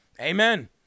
Amen